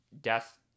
death